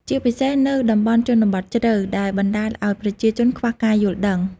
ជាពិសេសនៅតំបន់ជនបទជ្រៅ ដែលបណ្ដាលឱ្យប្រជាជនខ្វះការយល់ដឹង។